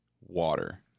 water